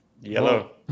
Yellow